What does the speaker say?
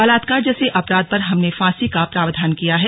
बलात्कार जैसे अपराध पर हमने फांसी का प्रवधान किया हैं